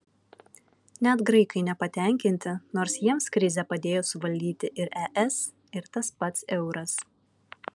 net graikai nepatenkinti nors jiems krizę padėjo suvaldyti ir es ir tas pats euras